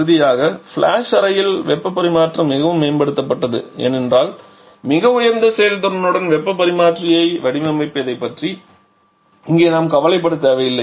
இறுதியாக ஃபிளாஷ் அறையில் வெப்பப் பரிமாற்றம் மிகவும் மேம்பட்டது ஏனென்றால் மிக உயர்ந்த செயல்திறனுடன் வெப்பப் பரிமாற்றியை வடிவமைப்பதைப் பற்றி இங்கே நாம் கவலைப்படத் தேவையில்லை